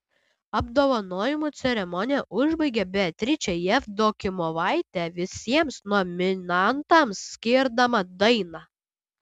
apdovanojimų ceremoniją užbaigė beatričė jevdokimovaitė visiems nominantams skirdama dainą